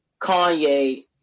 Kanye